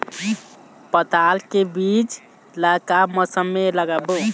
पताल के बीज ला का मौसम मे लगाबो?